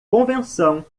convenção